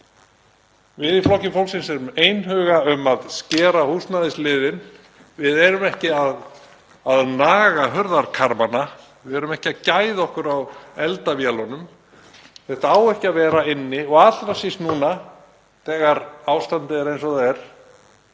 Við í Flokki fólksins erum einhuga um að skera húsnæðisliðinn. Við erum ekki að naga hurðarkarmana, við erum ekki að gæða okkur á eldavélunum. Þetta á ekki að vera inni og allra síst núna þegar ástandið er eins og það er.